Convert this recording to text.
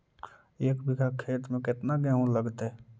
एक बिघा खेत में केतना गेहूं लगतै?